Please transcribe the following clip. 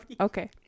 Okay